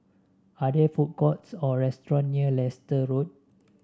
are there food courts or restaurants near Leicester Road